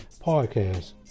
podcast